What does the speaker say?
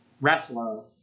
wrestler